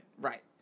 Right